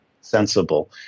sensible